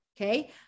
okay